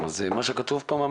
שלא נזכיר אותם.